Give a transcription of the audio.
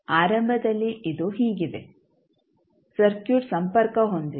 ಆರಂಭದಲ್ಲಿ ಇದು ಹೀಗಿದೆ ಸರ್ಕ್ಯೂಟ್ ಸಂಪರ್ಕ ಹೊಂದಿದೆ